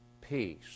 peace